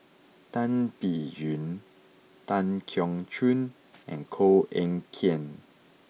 Tan Biyun Tan Keong Choon and Koh Eng Kian